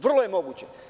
Vrlo je moguće.